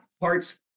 parts